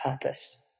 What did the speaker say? purpose